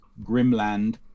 Grimland